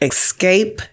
Escape